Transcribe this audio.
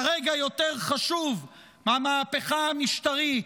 כרגע יותר חשובה המהפכה המשטרית,